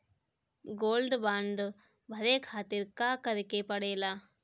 Gold bond भरे खातिर का करेके पड़ेला?